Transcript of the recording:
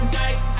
night